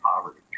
poverty